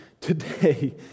today